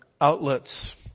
outlets